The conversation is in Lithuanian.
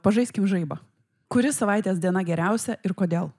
pažaiskim žaibą kuri savaitės diena geriausia ir kodėl